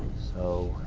so,